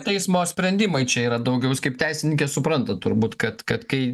teismo sprendimai čia yra daugiau jūs kaip teisininkė suprantat turbūt kad kad kai